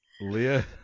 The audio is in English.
Leah